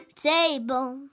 Table